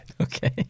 Okay